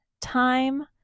Time